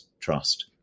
Trust